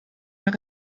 mehr